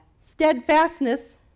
Steadfastness